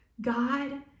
God